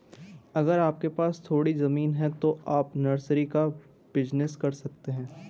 अगर आपके पास थोड़ी ज़मीन है तो आप नर्सरी का बिज़नेस कर सकते है